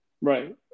Right